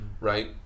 right